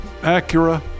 Acura